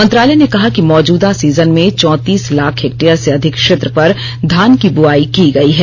मंत्रालय ने कहा कि मौजूदा सीजन में चौंतीस लाख हेक्टेयर से अधिक क्षेत्र पर धान की बुआई की गई है